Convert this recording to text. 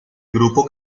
grupo